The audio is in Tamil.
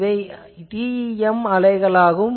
இவை TEM அலைகள் ஆகும்